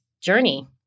journey